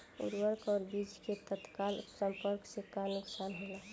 उर्वरक और बीज के तत्काल संपर्क से का नुकसान होला?